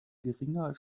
geringer